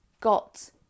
got